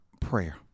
prayer